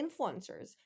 influencers